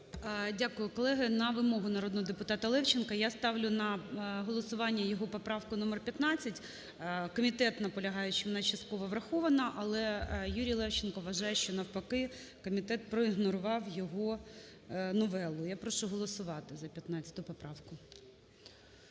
Дякую. Колеги, на вимогу народного депутата Левченка я ставлю на голосування його поправку номер 15. Комітет наполягає, що вона частково врахована, але Юрій Левченко вважає, що навпаки комітет проігнорував його новелу. Я прошу голосувати за 15 поправку.